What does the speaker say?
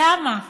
למה?